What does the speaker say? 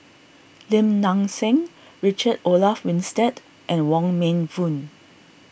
Lim Nang Seng Richard Olaf Winstedt and Wong Meng Voon